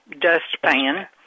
dustpan